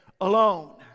alone